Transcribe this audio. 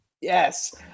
Yes